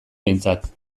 behintzat